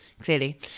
clearly